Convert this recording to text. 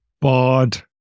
BARD